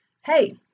Hey